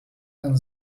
and